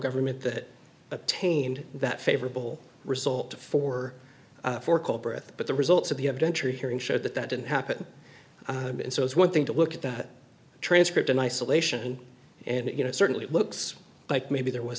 government that attained that favorable result for four culbreath but the results of the of denture hearing showed that that didn't happen and so it's one thing to look at that transcript in isolation and you know certainly looks like maybe there was